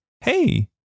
hey